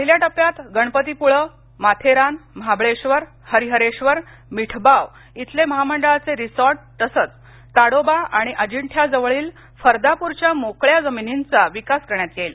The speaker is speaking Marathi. पहिल्या टप्प्यात गणपतीपुळे माथेरान महाबळेश्वर हरिहरेश्वर मिठबाव इथले महामंडळाचे रिसॉर्ट तसंच ताडोबा आणि अजिंठ्या जवळील फर्दाप्रच्या मोकळ्या जमिनींचा विकास करण्यात येईल